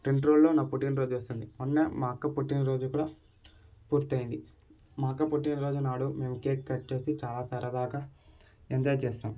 రెండు రోజుల్లో నా పుట్టిన రోజు వస్తుంది మొన్నే మా అక్క పుట్టిన రోజు కూడా పూర్తయింది మా అక్క పుట్టిన రోజు నాడు మేము కేక్ కట్ చేసి చాలా సరదాగా ఎంజాయ్ చేస్తాం